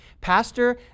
pastor